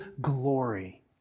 glory